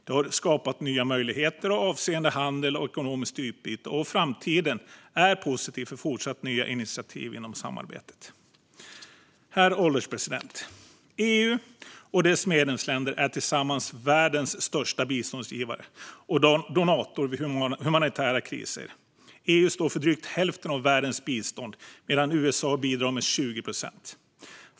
Det har skapat nya möjligheter avseende handel och ekonomiskt utbyte, och framtiden är positiv för fortsatta nya initiativ inom samarbetet. Herr ålderspresident! EU och dess medlemsländer är tillsammans världens största biståndsgivare och donator vid humanitära kriser. EU står för drygt hälften av världens bistånd medan USA bidrar med 20 procent.